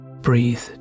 breathe